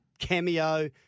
cameo